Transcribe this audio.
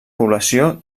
població